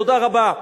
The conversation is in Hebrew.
תודה רבה,